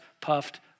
puffed